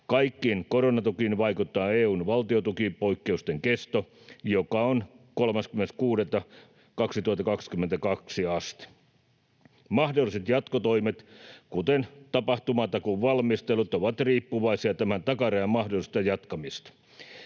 Kaikkiin koronatukiin vaikuttaa EU:n valtiontukipoikkeusten kesto, joka on 30.6.2022 asti. Mahdolliset jatkotoimet, kuten tapahtumatakuun valmistelut, ovat riippuvaisia tämän takarajan mahdollisesta jatkamisesta.